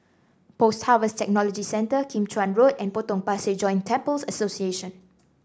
Post Harvest Technology Centre Kim Chuan Road and Potong Pasir Joint Temples Association